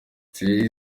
thierry